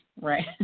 Right